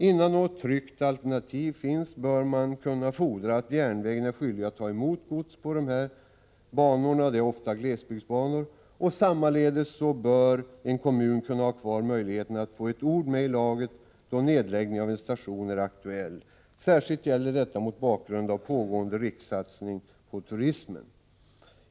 Innan något tryggt alternativ finns bör man kunna fordra att järnvägen är skyldig att ta emot gods på dessa banor, som ofta är glesbygdsbanor. Likaledes bör en kommun ha kvar möjligheten att få ett ord med i laget då nedläggning av en station är aktuell. Särskilt gäller detta mot bakgrund av pågående rikssatsning på turismen.